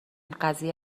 قضیه